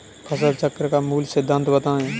फसल चक्र का मूल सिद्धांत बताएँ?